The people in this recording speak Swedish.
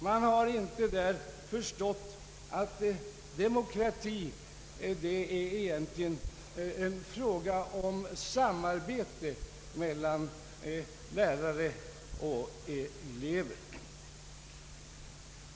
Man har inte förstått att demokrati egentligen är en fråga om samarbete mellan lärare och elever.